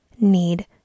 need